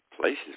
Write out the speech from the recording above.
places